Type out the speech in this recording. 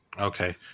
Okay